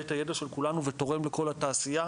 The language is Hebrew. את הידע של כולנו ותורם לכל התעשייה,